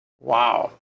Wow